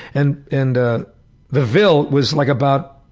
and and ah the vil was like about